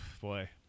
boy